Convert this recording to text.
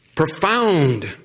Profound